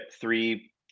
three